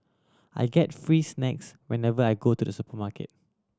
I get free snacks whenever I go to the supermarket